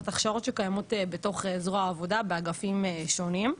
זאת אומרת הכשרות שקיימות בתוך זרוע העבודה באגפים שונים.